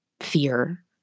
fear